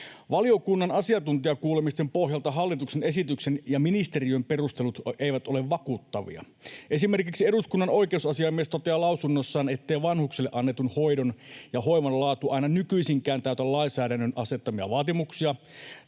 Valiokunnan asiantuntijakuulemisten pohjalta hallituksen esityksen ja ministeriön perustelut eivät ole vakuuttavia. Esimerkiksi eduskunnan oikeusasiamies toteaa lausunnossaan, ettei vanhuksille annetun hoidon ja hoivan laatu aina nykyisinkään täytä lainsäädännön asettamia vaatimuksia.